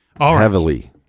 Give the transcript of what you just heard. heavily